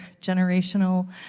generational